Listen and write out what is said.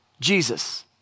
Jesus